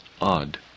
odd